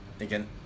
Again